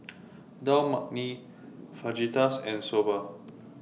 Dal Makhani Fajitas and Soba